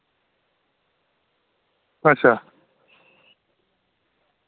अच्छा